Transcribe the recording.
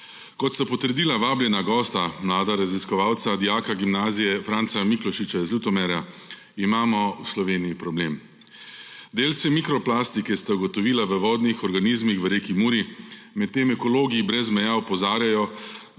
Kot sta potrdila vabljena gosta, mlada raziskovalca, dijaka Gimnazije Franca Miklošiča iz Ljutomera, imamo v Sloveniji problem. Delce mikroplastike sta ugotovila v vodnih organizmih v reki Muri, medtem ko Ekologi brez meja opozarjajo,